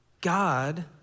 God